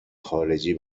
خارجی